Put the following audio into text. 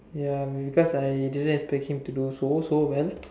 ya maybe because I didn't expect him to do so so well